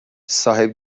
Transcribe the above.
صاحب